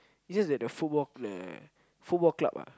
is just that the football the Football Club ah